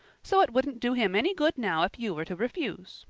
so it wouldn't do him any good now if you were to refuse.